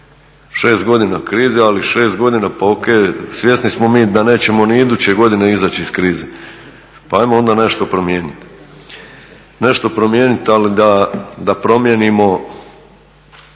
6 godina krize, ali 6 godina, pa ok, svjesni smo mi da nećemo ni iduće godine izaći iz krize pa ajmo onda nešto promijeniti. Nešto promijeniti, ali da promijenimo,